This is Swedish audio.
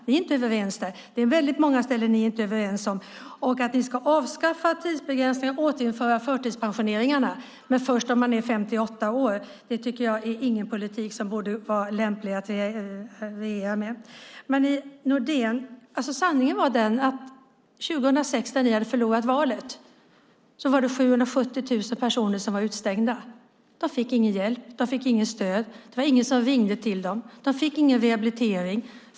Det är väldigt många saker som ni inte är överens om. Att ni ska avskaffa tidsbegränsningen och återinföra förtidspensioneringarna, men först när människor är 58 år, tycker jag inte är en politik som är lämplig att regera med. Marie Nordén, sanningen är att 2006 när ni hade förlorat valet var det 770 000 personer som var utestängda. De fick ingen hjälp, de fick inget stöd, det var ingen som ringde till dem, och de fick ingen rehabilitering.